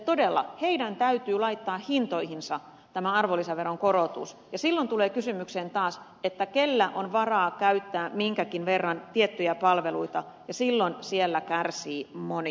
todella heidän täytyy laittaa hintoihinsa tämä arvonlisäveron korotus ja silloin tulee kysymykseen taas kenellä on varaa käyttää minkäkin verran tiettyjä palveluita ja silloin siellä kärsii moni